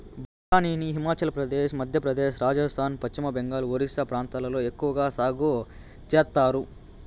బఠానీని హిమాచల్ ప్రదేశ్, మధ్యప్రదేశ్, రాజస్థాన్, పశ్చిమ బెంగాల్, ఒరిస్సా ప్రాంతాలలో ఎక్కవగా సాగు చేత్తారు